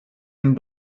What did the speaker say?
den